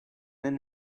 and